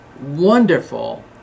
wonderful